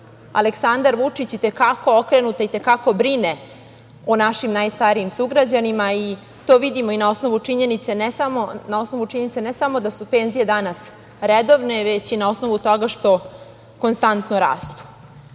Aleksandar Vučić i te kako okrenuta, i te kako brine o našim najstarijim sugrađanima i to vidimo i na osnovu činjenice, ne samo da su penzije danas redovne, već i na osnovu toga što konstantno rastu. Možemo